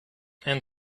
and